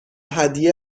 هدیه